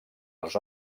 als